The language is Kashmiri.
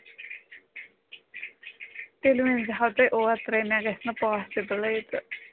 تیٚلہِ ؤنۍزِہو تُہۍ اوترَے مےٚ گژھِ نہٕ پاسِبلٕے تہٕ